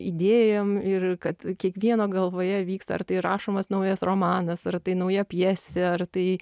idėjom ir kad kiekvieno galvoje vyksta ar tai rašomas naujas romanas ar tai nauja pjesė ar tai